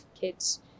kids